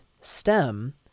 stem